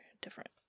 different